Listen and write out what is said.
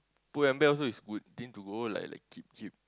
Pull-and-Bear also is good tend to go like like cheap cheap